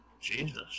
Jesus